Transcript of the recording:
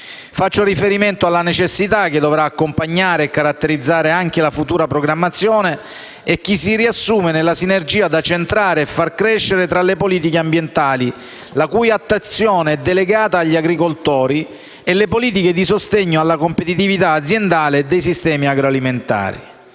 Faccio riferimento alla necessità che dovrà accompagnare e caratterizzare anche la futura programmazione, che si riassume nella sinergia da centrare e far crescere tra le politiche ambientali, la cui attuazione è delegata agli agricoltori, e le politiche di sostegno alla competitività aziendale dei sistemi agroalimentari.